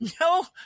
No